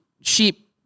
sheep